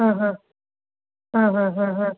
ആ ആ ആ ആ ആ ആ